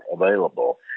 available